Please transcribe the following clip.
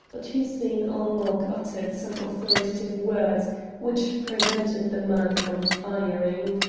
but hussein-ul-mulk uttered some authoritative words which prevented the man from firing.